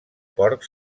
porc